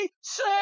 say